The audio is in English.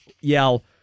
yell